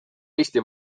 eesti